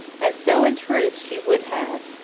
and so, in truth, she would have,